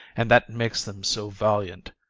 and that makes them so valiant.